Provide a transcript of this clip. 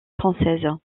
française